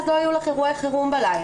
אז לא יהיו לך אירועי חירום בלילה.